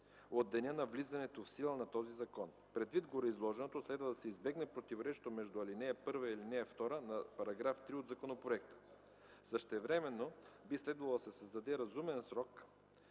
от деня на влизането в сила на този закон. Предвид гореизложеното следва да се избегнат противоречието между ал. 1 и ал. 2 на § 3 от законопроекта. Същевременно би следвало да се създаде разумен срок